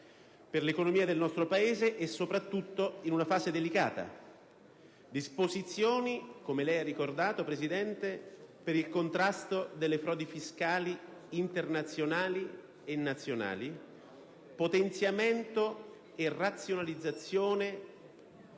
per l'economia del nostro Paese soprattutto in questa fase delicata: disposizioni - come recita il titolo del disegno di legge - per il contrasto alle frodi fiscali internazionali e nazionali, potenziamento e razionalizzazione...